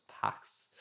packs